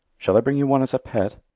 shall i bring you one as a pet?